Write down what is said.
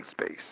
space